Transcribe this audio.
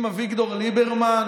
עם אביגדור ליברמן,